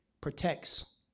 protects